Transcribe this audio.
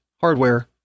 hardware